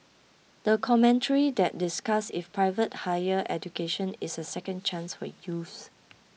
the commentary that discussed if private higher education is a second chance for youths